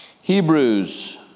Hebrews